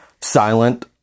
silent